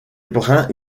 brun